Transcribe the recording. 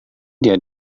dia